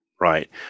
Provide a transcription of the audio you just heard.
Right